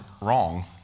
wrong